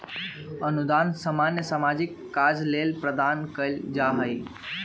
अनुदान सामान्य सामाजिक काज लेल प्रदान कएल जाइ छइ